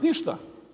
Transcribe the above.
Ništa.